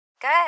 Good